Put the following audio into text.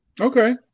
Okay